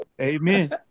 Amen